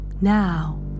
now